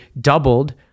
doubled